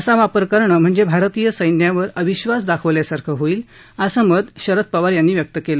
असा वापर करणे म्हणजे भारतीय सैन्यावर अविश्वास दाखविल्यासारखे होईल असे मत शरद पवार यांनी व्यक्त केले